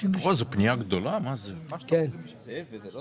לתוכנית הפעלת מרכזי ההכוון התעסוקתי